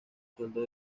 sueldo